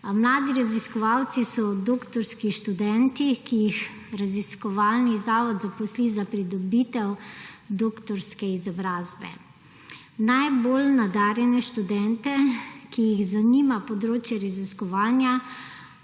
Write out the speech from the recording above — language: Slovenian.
Mladi raziskovalci so doktorski študentje, ki jih raziskovalni zavod zaposli za pridobitev doktorske izobrazbe. Najbolj nadarjene študente, ki jih zanima področje raziskovanja,